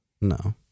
No